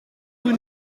vous